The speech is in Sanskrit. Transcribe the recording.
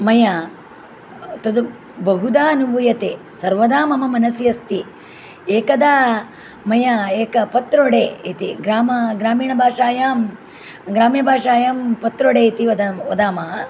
मया तद् बहुधा अनुभूयते सर्वदा मनसि अस्ति एकदा मया एकं पत्रोडे इति गाम ग्रामीणभाषायां ग्रामीणभाषायां पत्रोडे इति वदामः